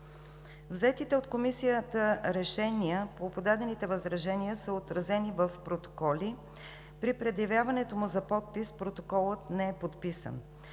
Взетите от Комисията решения по подадените възражения са отразени в протоколи. При предявяването му за подпис протоколът не е подписан,